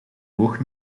boog